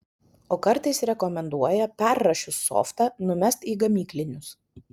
o kartais rekomenduoja perrašius softą numest į gamyklinius